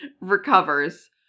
recovers